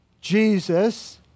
Jesus